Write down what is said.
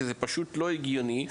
שזה פשוט לא הגיוני,